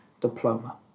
Diploma